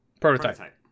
prototype